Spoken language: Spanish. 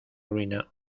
ruina